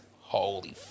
Holy